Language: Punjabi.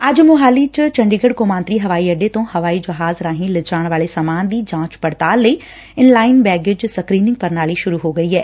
ਅੱਜ ਮੁਹਾਲੀ ਚ ਚੰਡੀਗੜ ਕੌਮਾਂਤਰੀ ਹਵਾਈ ਅੱਡੇ ਤੋਂ ਹਵਾਈ ਜਹਾਜ਼ ਰਾਹੀਂ ਲਿਜਾਣ ਵਾਲੇ ਸਮਾਨ ਦੀ ਜਾਂਚ ਪੜਤਾਲ ਲਈ ਇਨਲਾਈਨ ਬੈਗੇਜ ਸਕਰੀਂਨਿੰਗ ਪ੍ਰਣਾਲੀ ਸ਼ੁਰੂ ਹੋ ਗਈ ਏ